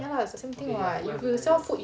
ya lah it's the same thing what you sell food